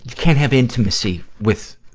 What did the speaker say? can't have intimacy with,